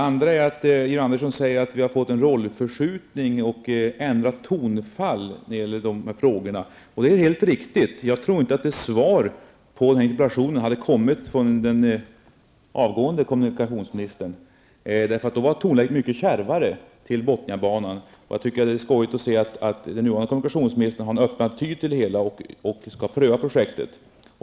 Georg Andersson säger att vi har fått en rollförskjutning och ändrat tonfall i dessa frågor. Det är helt riktigt. Jag tror inte att ett sådant här svar på interpellationen hade kommit från den avgående kommunikationsministern. Då var tonläget mycket kärvare när det gäller Bothniabanan. Det är skojigt att se att den nuvarande kommunikationsministern har en öppen attityd till det hela och skall pröva projektet.